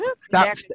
stop